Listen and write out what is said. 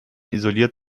isoliert